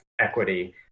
equity